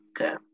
Okay